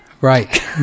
Right